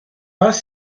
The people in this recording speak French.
pas